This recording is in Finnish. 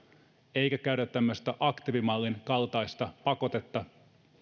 eikä käytetä tämmöistä aktiivimallin kaltaista pakotetta